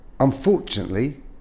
unfortunately